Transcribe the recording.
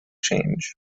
change